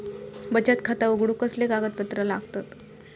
बचत खाता उघडूक कसले कागदपत्र लागतत?